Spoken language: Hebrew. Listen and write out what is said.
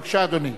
אדוני,